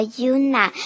Yuna